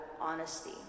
honesty